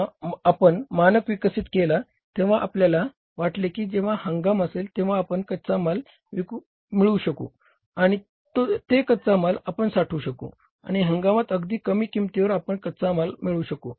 जेव्हा आपण मानक विकसित केला तेव्हाआपल्याला वाटले की जेव्हा हंगाम असेल तेव्हा आपण कच्चा माल मिळवू शकू आणि ते कच्चा माल आपण साठवू शकू आणि हंगामात अगदी कमी किंमतीवर आपण कच्चा माल मिळवू शकू